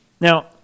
Now